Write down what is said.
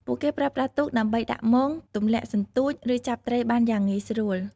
ពួកគេប្រើប្រាស់ទូកដើម្បីដាក់មង ទម្លាក់សន្ទូច ឬចាប់ត្រីបានយ៉ាងងាយស្រួល។